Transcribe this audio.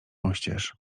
oścież